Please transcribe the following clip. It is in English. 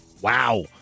Wow